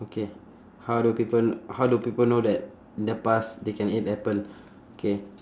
okay how do people how do people know that in the past they can eat apple K